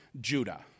Judah